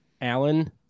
Allen